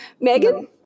megan